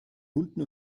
hunden